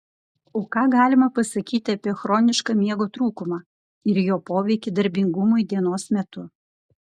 o ką galima pasakyti apie chronišką miego trūkumą ir jo poveikį darbingumui dienos metu